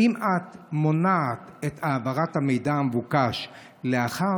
האם את מונעת את העברת המידע המבוקש לאחר